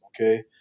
okay